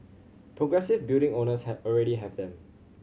progressive building owners already have them